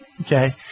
Okay